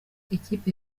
ikipe